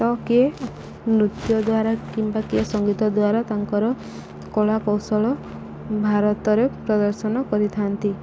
ତ କିଏ ନୃତ୍ୟ ଦ୍ୱାରା କିମ୍ବା କିଏ ସଙ୍ଗୀତ ଦ୍ୱାରା ତାଙ୍କର କଳା କୌଶଳ ଭାରତରେ ପ୍ରଦର୍ଶନ କରିଥାନ୍ତି